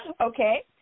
Okay